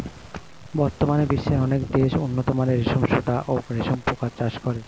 বর্তমানে বিশ্বের অনেক দেশ উন্নতমানের রেশম সুতা ও রেশম পোকার চাষ করে